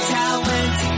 talent